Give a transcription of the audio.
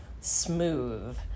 smooth